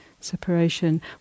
separation